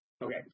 Okay